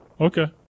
Okay